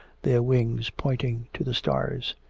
their wings pointing to the stars.